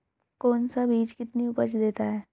कौन सा बीज कितनी उपज देता है?